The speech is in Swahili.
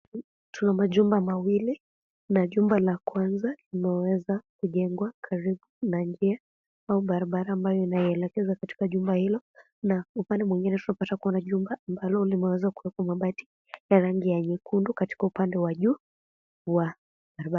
Tuna majumba mawili na jumba la kwanza linaweza kujengwa karibu na njia au barabara ambayo inayoelekeza katika jumba hilo na upande mwingine tunapata kuona jumba ambalo limeweza kuwekwa mabati na rangi ya nyekundu katika upande wa juu.